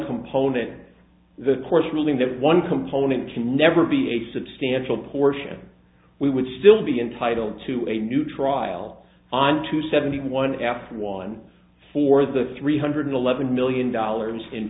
component in the court's ruling that one component can never be a substantial portion we would still be entitled to a new trial on two seventy one f one for the three hundred eleven million dollars in